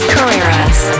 Carreras